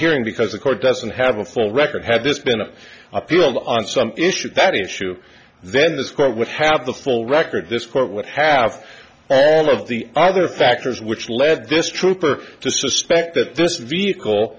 hearing because the court doesn't have a full record had this been an appeal on some issues that issue then this court would have the full record this quote would have all of the other factors which led this trooper to suspect that this vehicle